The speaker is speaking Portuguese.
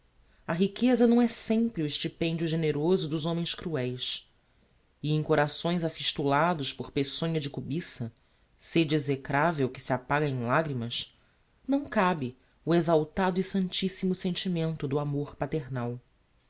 a riqueza não é sempre o estipendio generoso dos homens crueis e em corações afistulados por peçonha de cubiça sêde execravel que se apaga em lagrimas não cabe o exaltado e santissimo sentimento do amor paternal